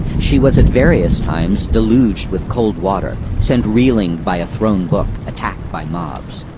she was, at various times, deluged with cold water, sent reeling by a thrown book, attacked by mobs.